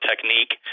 technique